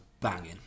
banging